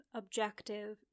objective